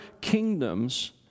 kingdoms